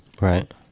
Right